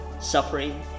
suffering